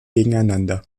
gegeneinander